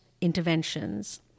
interventions